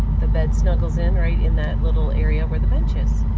the bed snuggles in, right in that little area where the bench is.